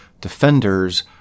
defenders